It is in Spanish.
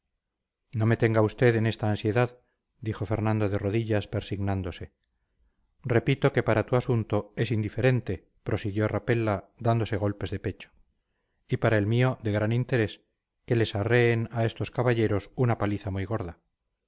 no me tenga usted en esta ansiedad dijo fernando de rodillas persignándose repito que para tu asunto es indiferente prosiguió rapella dándose golpes de pecho y para el mío de gran interés que les arreen a estos caballeros una paliza muy gorda